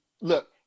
look